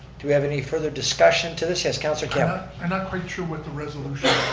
do we have any further discussion to this? yes, councilor campbell. i'm not quite sure what the resolution